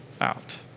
out